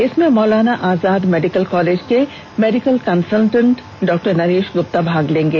इसमें Maulana Azad medical college के medical consultant डॉ नरेश गुप्ता भाग लेंगे